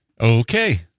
Okay